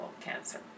Cancer